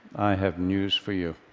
have news for you.